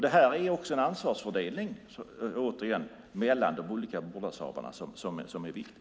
Det är, återigen, ansvarsfördelningen mellan de olika vårdnadshavarna som är viktig.